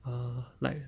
err like